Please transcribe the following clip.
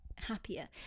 happier